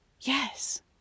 yes